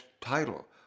title